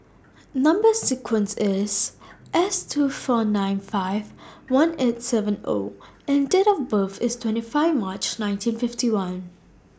Number sequence IS S two four nine five one eight seven O and Date of birth IS twenty five March nineteen fifty one